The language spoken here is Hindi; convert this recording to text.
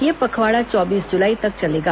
यह पखवाड़ा चौबीस जुलाई तक चलेगा